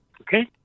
Okay